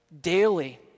Daily